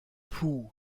puh